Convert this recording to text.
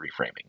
reframing